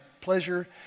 pleasure